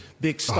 big